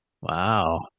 Wow